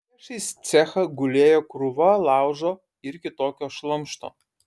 priešais cechą gulėjo krūva laužo ir kitokio šlamšto